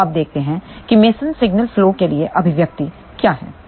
तो अब देखते हैं कि मेसन सिग्नल फ्लो के लिए अभिव्यक्ति क्या है